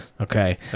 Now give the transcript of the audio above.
Okay